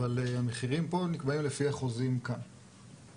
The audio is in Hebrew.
אבל המחירים פה נקבעים לפי החוזים כאן.